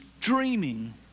dreaming